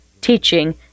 teaching